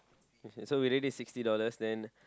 so we already sixty dollar then